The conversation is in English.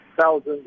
thousands